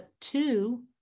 two